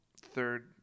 third